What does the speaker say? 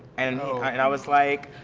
and and i was like,